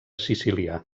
sicilià